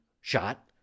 shot